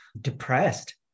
depressed